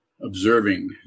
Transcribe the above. observing